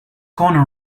corner